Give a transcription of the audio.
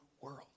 world